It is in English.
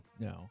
no